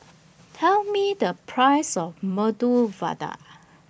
Tell Me The Price of Medu Vada